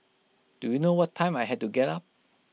do you know what time I had to get up